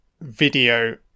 video